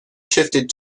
shifted